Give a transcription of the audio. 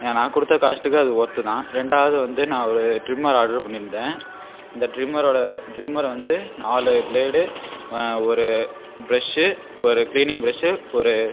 ஏ நான் கொடுத்த காஸ்ட்டுக்கு அது ஒர்த் தான் ரெண்டாவது வந்து நான் ஒரு ட்ரிம்மர் ஆர்டர் பண்ணியிருந்தேன் இந்த ட்ரிம்மரோட ட்ரிம்மர் வந்து நாலு ப்ளேடு ஒரு ப்ரஷ் ஒரு க்ளீனிங் ப்ரஷ் ஒரு